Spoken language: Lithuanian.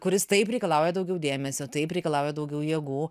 kuris taip reikalauja daugiau dėmesio taip reikalauja daugiau jėgų